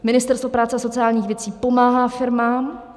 Ministerstvo práce a sociálních věcí pomáhá firmám.